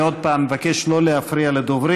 אני עוד פעם מבקש שלא להפריע לדוברים.